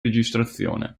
registrazione